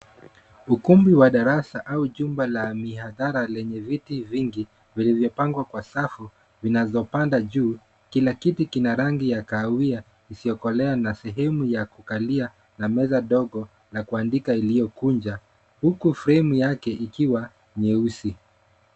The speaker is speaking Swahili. Ukumbi wa darasa au jumba la mihadhara lenye viti vingi vilivyopangwa kwa safu zinazopanda juu. Kila kiti kina rangi ya kahawia isiyo kolea na sehemu ya kukalia na meza ndogo la kuandika iliyokunja huku fremu yake ikiwa nyeusi.